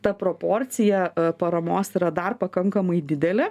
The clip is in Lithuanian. ta proporcija paramos yra dar pakankamai didelė